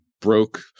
broke